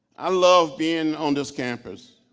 i love being on this campus,